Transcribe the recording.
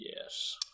Yes